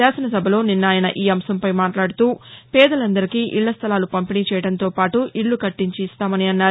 శాసనసభలో నిన్న ఆయన ఈ అంశంపై మాట్లాడుతూపేదలందరికీ ఇళ్ల స్లలాలు పంపిణీ చేయడంతో పాటు ఇళ్ల కట్టించి ఇస్తామన్నారు